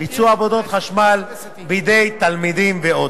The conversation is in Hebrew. ביצוע עבודות חשמל בידי תלמידים ועוד.